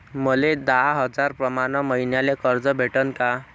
मले दहा हजार प्रमाण मईन्याले कर्ज भेटन का?